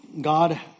God